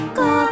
go